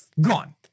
gone